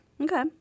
Okay